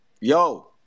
Yo